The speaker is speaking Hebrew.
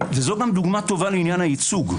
וזו גם דוגמה טובה לעניין הייצוג.